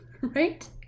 right